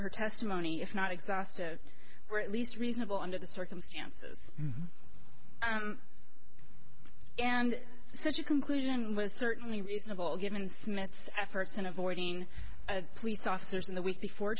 her testimony if not exhaustive were at least reasonable under the circumstances and such a conclusion was certainly reasonable given smith's efforts in avoiding police officers in the week before